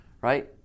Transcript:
Right